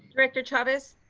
director chavez?